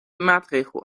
maatregel